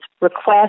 request